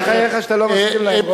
כמה דברים עשית בחייך שאתה לא מסכים להם,